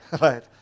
right